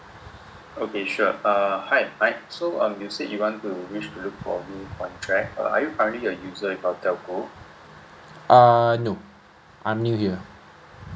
err no I'm new here